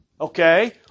okay